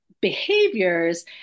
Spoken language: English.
behaviors